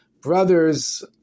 brothers